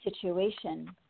situation